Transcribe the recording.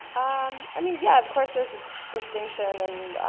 um i mean yeah of course there's a distinction and